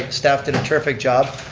staff did a terrific job,